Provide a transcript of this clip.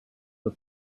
the